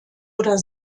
oder